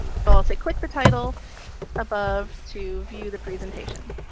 so so click the title above to view the presentation,